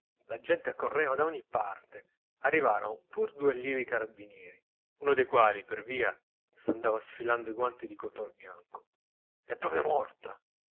la gente accorreva da ogni parte arrivarono pur due allievi carabinieri uno dei quali per via s'andava sfilando i guanti di cotone bianco è proprio morta annunziò